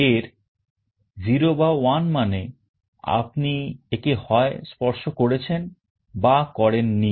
এর 0 বা 1 মানে আপনি একে হয় স্পর্শ করেছেন না করেননি